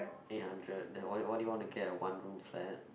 eight hundred then what do you what do you want to get a one room flat